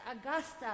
Augusta